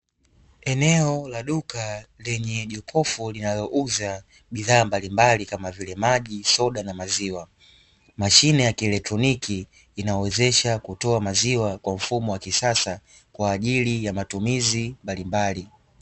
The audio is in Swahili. Eneo la duka lenye jokofu linalouza bidhaa mbalimbali kama vile maji, soda na maziwa mashine ya kielektroniki inawezesha kutoa maziwa kwa mfumo wa kisasa kwa ajili ya matumizi mbalimbali.